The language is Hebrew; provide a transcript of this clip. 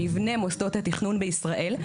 מבנה מוסדות התכנון בישראל.